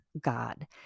God